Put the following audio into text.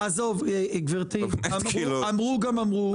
גברתי, אמרו גם אמרו.